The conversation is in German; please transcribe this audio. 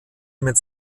mit